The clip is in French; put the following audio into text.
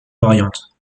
variante